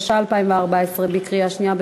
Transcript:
התשע"ה 2014. בקריאה שנייה.